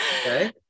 Okay